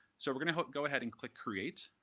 so we're going to go ahead and click create.